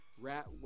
rat